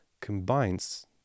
combines